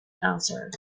answered